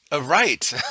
right